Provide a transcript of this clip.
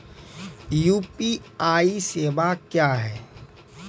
UPI सेवा क्या हैं?